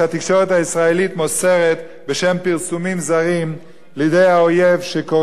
בשם פרסומים זרים לידי האויב שקורא להשמדת מדינת ישראל.